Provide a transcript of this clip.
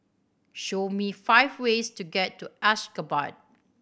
show me five ways to get to Ashgabat